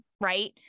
right